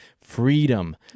freedom